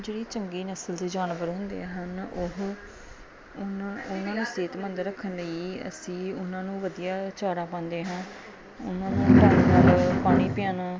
ਜਿਹੜੀ ਚੰਗੀ ਨਸਲ ਦੇ ਜਾਨਵਰ ਹੁੰਦੇ ਹਨ ਉਹ ਉਹਨਾਂ ਉਹਨਾਂ ਨੂੰ ਸਿਹਤਮੰਦ ਰੱਖਣ ਲਈ ਅਸੀਂ ਉਹਨਾਂ ਨੂੰ ਵਧੀਆ ਚਾਰਾ ਪਾਉਂਦੇ ਹਾਂ ਉਹਨਾਂ ਨੂੰ ਪਾਣੀ ਪਿਆਉਣਾ